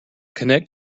connect